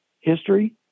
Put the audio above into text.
history